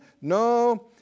No